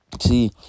See